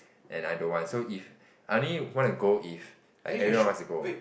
and I don't want if I only wanna go if like everyone wants to go